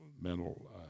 mental